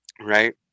right